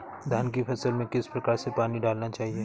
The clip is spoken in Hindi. धान की फसल में किस प्रकार से पानी डालना चाहिए?